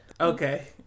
Okay